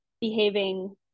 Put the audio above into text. behaving